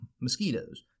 mosquitoes